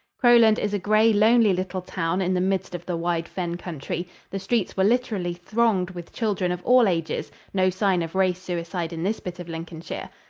crowland is a gray, lonely little town in the midst of the wide fen country. the streets were literally thronged with children of all ages no sign of race suicide in this bit of lincolnshire.